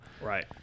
Right